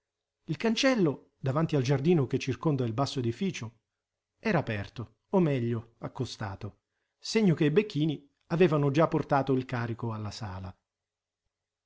il cancello davanti al giardino che circonda il basso edificio era aperto o meglio accostato segno che i becchini avevano già portato il carico alla sala